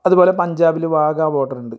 അതുപോലെ പഞ്ചാബിൽ വാഗ ബോഡറുണ്ട്